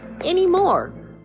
anymore